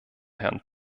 herrn